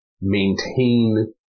maintain